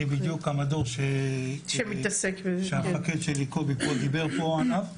אני בדיוק המדור שהמפקד שלי קובי דיבר פה עליו.